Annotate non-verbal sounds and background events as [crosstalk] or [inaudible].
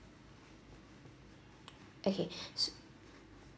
okay [breath] so